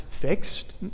fixed